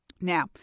Now